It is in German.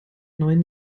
neuen